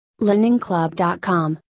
LendingClub.com